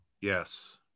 Yes